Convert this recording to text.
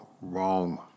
wrong